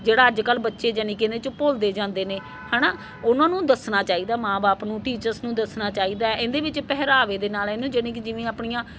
ਜਿਹੜਾ ਅੱਜ ਕੱਲ੍ਹ ਬੱਚੇ ਯਾਨੀ ਕਿ ਇਹਦੇ 'ਚ ਭੁੱਲਦੇ ਜਾਂਦੇ ਨੇ ਹੈ ਨਾ ਉਹਨਾਂ ਨੂੰ ਦੱਸਣਾ ਚਾਹੀਦਾ ਮਾਂ ਬਾਪ ਨੂੰ ਟੀਚਰਜ ਨੂੰ ਦੱਸਣਾ ਚਾਹੀਦਾ ਇਹਦੇ ਵਿੱਚ ਪਹਿਰਾਵੇ ਦੇ ਨਾਲ ਇਹਨੂੰ ਯਾਨੀ ਕਿ ਜਿਵੇਂ ਆਪਣੀਆਂ